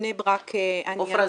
ובבני ברק --- עופרה,